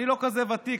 אני לא כזה ותיק,